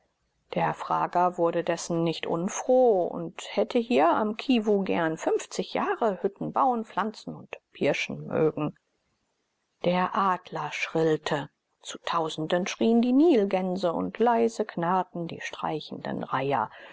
der frager wurde dessen nicht unfroh und hätte hier am kiwu gern fünfzig jahre hütten bauen pflanzen und pirschen mögen der adler schrillte zu tausenden schrien die nilgänse und leise knarrten die streichenden reiher